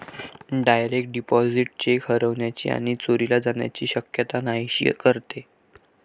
direct deposit cheque हरवण्याची आणि चोरीला जाण्याची शक्यता नाहीशी करते